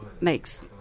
makes